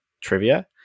trivia